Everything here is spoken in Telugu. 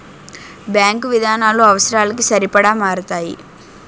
బ్యాంకు విధానాలు అవసరాలకి సరిపడా మారతాయి